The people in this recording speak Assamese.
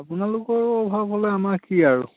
আপোনালোকৰো অভাৱ হ'লে আমাৰ কি আৰু